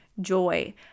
joy